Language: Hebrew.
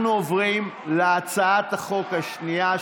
אנחנו עוברים להצעת החוק השנייה,